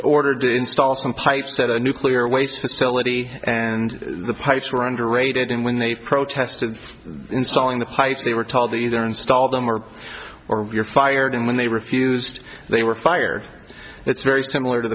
ordered to install some pipes at a nuclear waste facility and the pipes were under rated and when they protested installing the pipes they were told either install them or or you're fired and when they refused they were fired it's very similar to